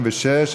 36),